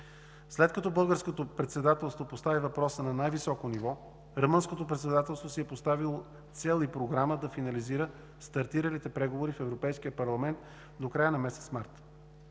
След като Българското председателство постави въпроса на най-високо ниво, Румънското председателство си е поставило цел и програма да финализира стартиралите преговори в Европейския парламент до края на месец март.